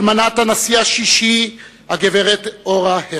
אלמנת הנשיא השישי הגברת אורה הרצוג,